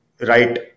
right